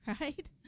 Right